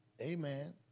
Amen